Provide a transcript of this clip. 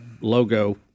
logo